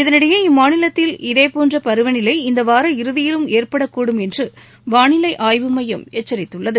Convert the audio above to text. இதனிடையே இம்மாநிலத்தில் இதேபோன்ற பருவநிலை இந்த வார இறுதியிலும் ஏற்படக்கூடும் என்று வானிலை ஆய்வு மையம் எச்சரித்துள்ளது